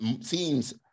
seems